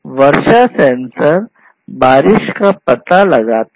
वर्षा sensor बारिश का पता लगाता है